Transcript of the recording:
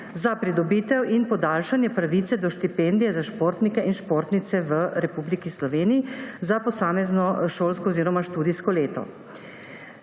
za pridobitev in podaljšanje pravice do štipendije za športnike in športnice v Republiki Sloveniji za posamezno šolsko oziroma študijsko leto.